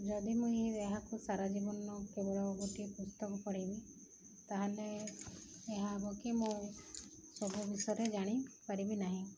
ଯଦି ମୁଇଁ ଏହାକୁ ସାରା ଜୀବନ କେବଳ ଗୋଟିଏ ପୁସ୍ତକ ପଢ଼େଇବି ତାହେଲେ ଏହା ହବକ ମୁଁ ସବୁ ବିଷୟରେ ଜାଣିପାରିବି ନାହିଁ